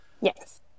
Yes